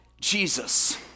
Jesus